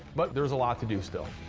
but there's a lot to do still.